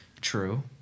True